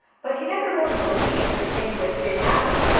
but he never really believed the thing which did happen,